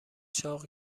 چاق